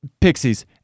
Pixies